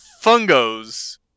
fungos